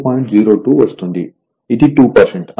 02 వస్తుంది ఇది 2